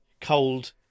cold